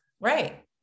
Right